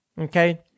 Okay